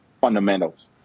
fundamentals